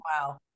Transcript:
Wow